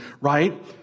right